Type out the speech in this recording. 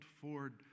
Ford